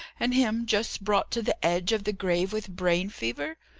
and him just brought to the edge of the grave with brain fever?